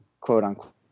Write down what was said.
quote-unquote